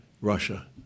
Russia